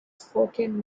spoken